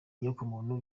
inyokomuntu